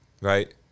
right